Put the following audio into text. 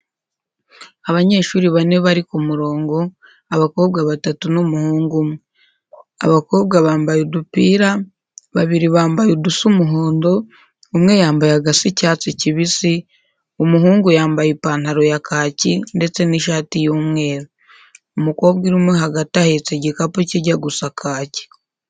Abanyeshuri bane bari ku murongo; abakobwa batatu n'umuhungu umwe. Abakobwa bambaye udupira, babiri bambaye udusa umuhondo, umwe yambaye agasa icyatsi kibisi, umuhungu yambaye ipantaro ya kaki ndetse n'ishati y'umweru. Umukobwa urimo hagati ahetse igikapu kijya gusa kaki.